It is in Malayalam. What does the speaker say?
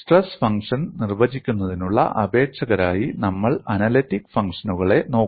സ്ട്രെസ് ഫംഗ്ഷൻ നിർവചിക്കുന്നതിനുള്ള അപേക്ഷകരായി നമ്മൾ അനലിറ്റിക് ഫംഗ്ഷനുകളെ നോക്കും